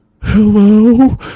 Hello